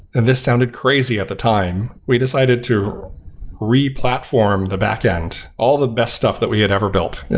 this sounded crazy at the time. we decided to re-platform the backend, all the best stuff that we had ever built,